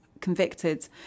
convicted